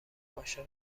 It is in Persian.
عاشق